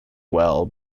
well